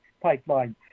pipeline